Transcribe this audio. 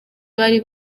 bari